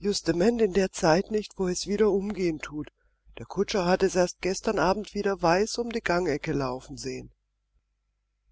justement in der zeit nicht wo es wieder umgehen thut der kutscher hat es erst gestern abend wieder weiß um die gangecke laufen sehen